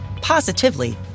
positively